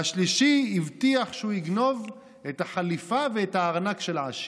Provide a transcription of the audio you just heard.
והשלישי הבטיח שהוא יגנוב את החליפה ואת הארנק של העשיר,